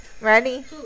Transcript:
Ready